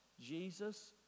Jesus